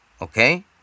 Okay